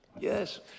Yes